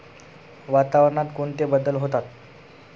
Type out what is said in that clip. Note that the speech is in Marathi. वातावरणात कोणते बदल होतात?